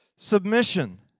Submission